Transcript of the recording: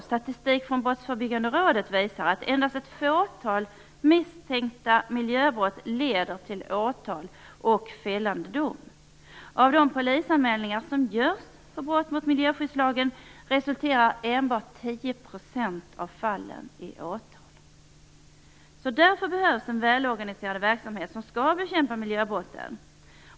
Statistik från Brottsförebyggande rådet visar att endast ett fåtal misstänkta miljöbrott leder till åtal och fällande dom. Av de polisanmälningar som görs för brott mot miljöskyddslagen resulterar endast 10 % i åtal. Därför behövs en välorganiserad verksamhet som skall bekämpa miljöbrotten.